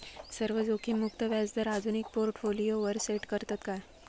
सर्व जोखीममुक्त व्याजदर आधुनिक पोर्टफोलियोवर सेट करतत काय?